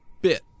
Bit